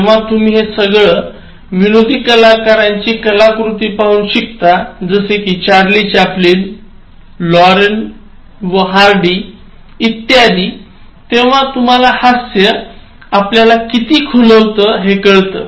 जेव्हा तुम्ही हे सगळं विनोदी कलाकारांची कलाकृती पाहून शिकता जसे कि चार्ली चॅप्लिन लॉरेल व हार्डी इत्यादी तेव्हा तुम्हाला हास्य आपल्याला किती खुलवते हे कळतं